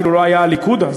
אפילו לא היה הליכוד אז,